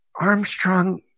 Armstrong